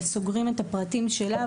וסוגרים את הפרטים שלה,